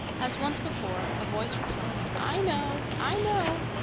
as once before, a voice replied i know! i know!